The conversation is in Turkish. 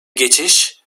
geçiş